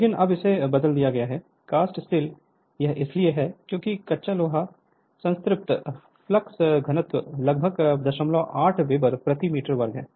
लेकिन अब इसे बदल दिया गया है कास्ट स्टील यह इसलिए है क्योंकि कच्चा लोहा संतृप्त फ्लक्स घनत्व लगभग 08 वेबर प्रति मीटर वर्ग है